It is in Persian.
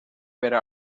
بره